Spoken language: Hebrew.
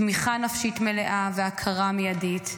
תמיכה נפשית מלאה והכרה מיידית.